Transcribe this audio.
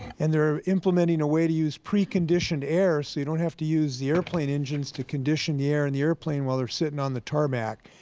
and they are implementing a way to use preconditioned air so you don't have to use the airplane engines to condition the air in the airplanes while they are sitting on the tarmac.